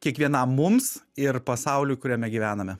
kiekvienam mums ir pasauliui kuriame gyvename